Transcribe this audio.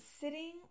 Sitting